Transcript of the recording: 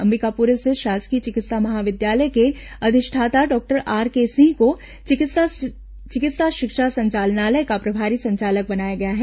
अंबिकापुर स्थित शासकीय चिकित्सा महाविद्यालय के अधिष्ठाता डॉक्टर आरके सिंह को चिकित्सा शिक्षा संचालनालय का प्रभारी संचालक बनाया गया है